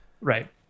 Right